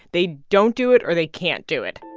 they don't do it, or they can't do it.